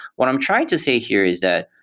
what i'm trying to say here is that,